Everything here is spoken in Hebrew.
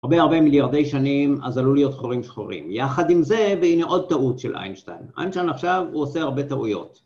הרבה הרבה מיליארדי שנים, אז עלול להיות חורים שחורים. יחד עם זה, והנה עוד טעות של איינשטיין. איינשטיין עכשיו, הוא עושה הרבה טעויות.